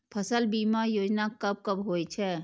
फसल बीमा योजना कब कब होय छै?